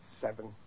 Seven